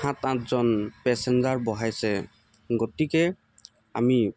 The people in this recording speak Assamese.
সাত আঠজন পেছেঞ্জাৰ বহাইছে গতিকে আমি